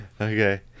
Okay